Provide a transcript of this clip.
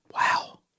Wow